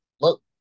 look